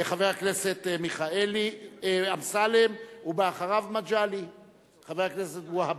חבר הכנסת אמסלם, ואחריו, חבר הכנסת והבה.